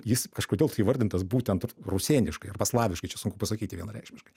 jis kažkodėl tai įvardintas būtent rusėniškai arba slaviškai čia sunku pasakyti vienareikšmiškai